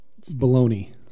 baloney